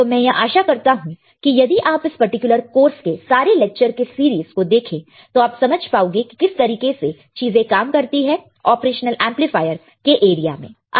तो मैं यह आशा करता हूं कि यदि आप इस पर्टिकुलर कोर्स के सारे लेक्चर के सीरीज को देखें तो आप समझ पाओगे कि किस तरीके से चीजें काम करती है ऑपरेशन एंपलीफायर के एरिया में